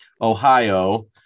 Ohio